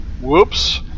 Whoops